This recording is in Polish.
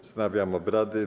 Wznawiam obrady.